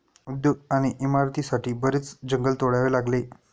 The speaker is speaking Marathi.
उद्योग आणि इमारतींसाठी बरेच जंगल तोडावे लागले